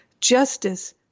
justice